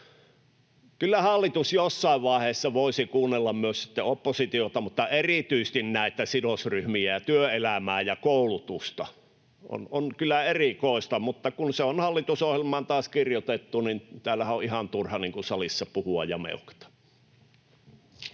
Kyllä hallitus jossain vaiheessa voisi kuunnella myös oppositiota mutta erityisesti näitä sidosryhmiä ja työelämää ja koulutusta. On kyllä erikoista, mutta kun se on hallitusohjelmaan taas kirjoitettu, niin täällä salissahan on ihan turha puhua ja meuhkata.